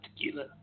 tequila